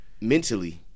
mentally